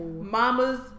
mama's